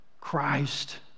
Christ